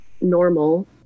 normal